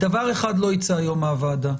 דבר אחד לא ייצא היום מהוועדה.